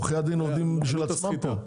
עובדים בשביל עצמם פה,